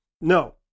No